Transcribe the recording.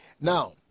now